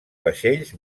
vaixells